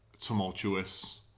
tumultuous